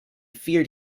feared